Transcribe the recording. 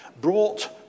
brought